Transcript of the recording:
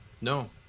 No